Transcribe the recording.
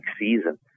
season